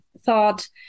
thought